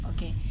Okay